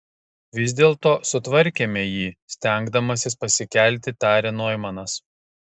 vis dėlto sutvarkėme jį stengdamasis pasikelti tarė noimanas